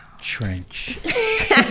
Trench